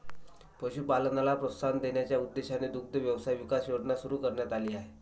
पशुपालनाला प्रोत्साहन देण्याच्या उद्देशाने दुग्ध व्यवसाय विकास योजना सुरू करण्यात आली आहे